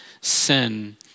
sin